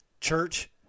Church